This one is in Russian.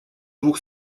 двух